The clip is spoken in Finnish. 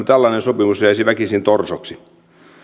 tällainen sopimus jäisi väkisin torsoksi